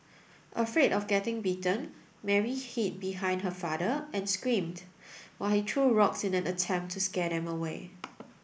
afraid of getting bitten Mary hid behind her father and screamed while he threw rocks in an attempt to scare them away